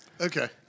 Okay